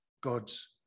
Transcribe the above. God's